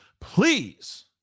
please